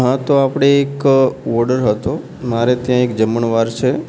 હા તો આપણે એક ઓડર હતો મારે ત્યાં એક જમણવાર છે